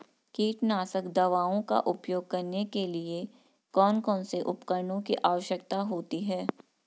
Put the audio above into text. कीटनाशक दवाओं का उपयोग करने के लिए कौन कौन से उपकरणों की आवश्यकता होती है?